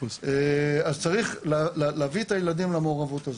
צריך להביא את הילדים למעורבות הזו.